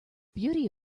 beauty